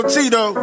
Tito